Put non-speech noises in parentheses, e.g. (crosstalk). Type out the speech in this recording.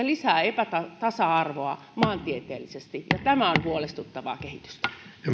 (unintelligible) lisää epätasa arvoa maantieteellisesti ja tämä on huolestuttavaa kehitystä